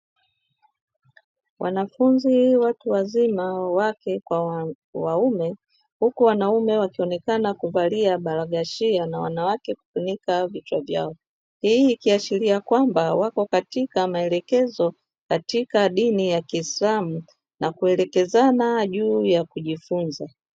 Wanafunzi watu wazima wake kwa waume, huku wanaume wakionekana kuvalia baragashia na wanawake kufunika vichwa vyao, hii ikiashiria kwamba wako katika maelekezo katika dini ya kiislamu na kuelekezana juu ya kujifunza.